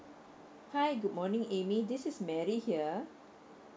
hi good morning amy this is mary here